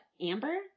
Amber